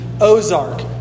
Ozark